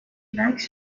likes